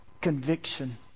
Conviction